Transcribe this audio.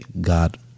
God